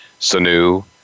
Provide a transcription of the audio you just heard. sanu